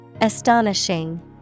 astonishing